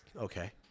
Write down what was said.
Okay